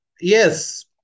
Yes